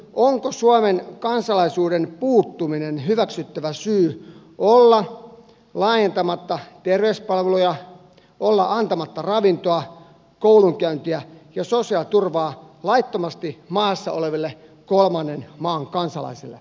onko suomen kansalaisuuden puuttuminen hyväksyttävä syy olla laajentamatta terveyspalveluja olla antamatta ravintoa koulunkäyntiä ja sosiaaliturvaa laittomasti maassa oleville kolmannen maan kansalaisille